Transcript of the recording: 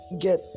get